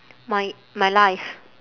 my my life